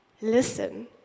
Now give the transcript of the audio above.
Listen